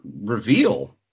reveal